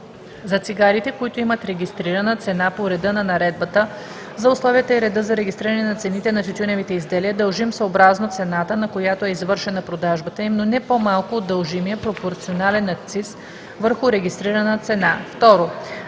за цигарите, които имат регистрирана цена по реда на Наредбата за условията и реда за регистриране на цените на тютюневите изделия, е дължим съобразно цената, на която е извършена продажбата им, но не по-малко от дължимия пропорционален акциз върху регистрирана цена;